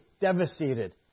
devastated